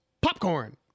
popcorn